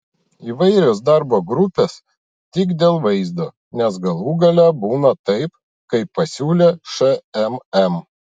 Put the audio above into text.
įvairios darbo grupės tik dėl vaizdo nes galų gale būna taip kaip pasiūlė šmm